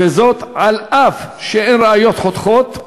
אף שאין ראיות חותכות,